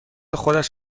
خودش